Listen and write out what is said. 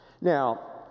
Now